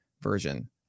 version